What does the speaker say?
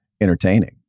entertaining